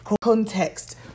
context